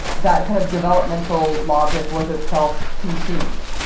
that kind of developmental logic was itself consumed?